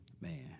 Man